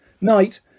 Night